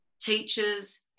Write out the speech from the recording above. teachers